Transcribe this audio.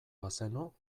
bazenu